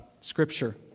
Scripture